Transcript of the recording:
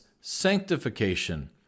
sanctification